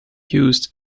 used